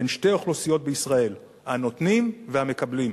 בין שתי אוכלוסיות בישראל: הנותנים והמקבלים.